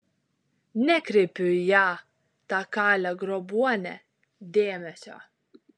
nekreipiu į ją tą kalę grobuonę dėmesio